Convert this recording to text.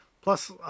Plus